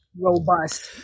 Robust